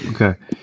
Okay